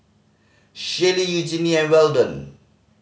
Shaylee Eugenie and Weldon